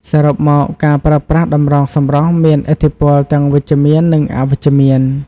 សរុបមក ការប្រើប្រាស់តម្រងសម្រស់មានឥទ្ធិពលទាំងវិជ្ជមាននិងអវិជ្ជមាន។